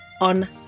on